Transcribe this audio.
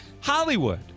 Hollywood